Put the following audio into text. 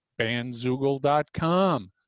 bandzoogle.com